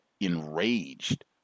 enraged